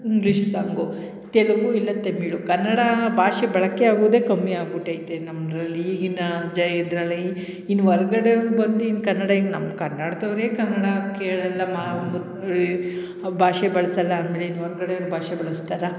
English song Telugu ಇಲ್ಲ ತಮಿಳು ಕನ್ನಡ ಭಾಷೆ ಬಳಕೆ ಆಗುವುದೇ ಕಮ್ಮಿ ಆಗ್ಬಿಟೈತೆ ನಮ್ಮದ್ರಲ್ಲಿ ಈಗಿನ ಜೈ ಇದರಲ್ಲಿ ಇನ್ನು ಹೊರ್ಗಡೆ ಅವ್ರು ಬಂದು ಇನ್ನು ಕನ್ನಡ ಇನ್ನು ನಮ್ಮ ಕನ್ನಡದೋರೆ ಕನ್ನಡ ಕೇಳಲ್ಲ ಮಾ ಮತ್ತು ಇವು ಆ ಭಾಷೆ ಬಳಸಲ್ಲ ಅಂದರೆ ಇನ್ನು ಹೊರ್ಗಡೆಯವ್ರ್ ಭಾಷೆ ಬಳಸ್ತಾರೆ